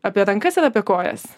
apie rankas ar apie kojas